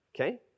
okay